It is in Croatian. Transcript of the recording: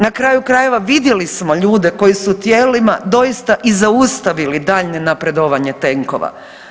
Na kraju krajeva vidjeli smo ljude koji su tijelima doista i zaustavili daljnje napredovanje tenkova.